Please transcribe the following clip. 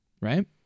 right